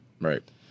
Right